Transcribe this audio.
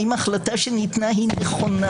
האם החלטה שניתנה היא נכונה.